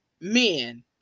men